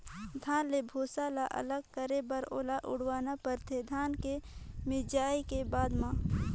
धान ले भूसा ल अलग करे बर ओला उड़वाना परथे धान के मिंजाए के बाद म